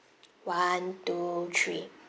one two three